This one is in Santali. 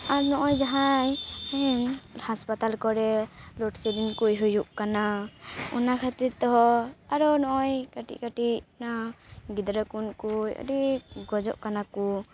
ᱟᱨ ᱱᱚᱜᱼᱚᱭ ᱡᱟᱦᱟᱭ ᱦᱟᱥᱯᱟᱛᱟᱞ ᱠᱚᱨᱮ ᱞᱳᱰᱥᱮᱰᱤᱝ ᱠᱚ ᱦᱩᱭᱩᱜ ᱠᱟᱱᱟ ᱚᱱᱟ ᱠᱷᱟᱹᱛᱤᱨ ᱛᱮᱦᱚᱸ ᱟᱨᱚ ᱱᱚᱜᱼᱚᱭ ᱠᱟᱹᱴᱤᱡ ᱠᱟᱹᱴᱤᱡ ᱱᱚᱣᱟ ᱜᱤᱫᱽᱨᱟᱹ ᱠᱚᱠᱚ ᱟᱹᱰᱤ ᱜᱚᱡᱚᱜ ᱠᱟᱱᱟ ᱠᱚ